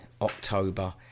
October